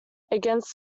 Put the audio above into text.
against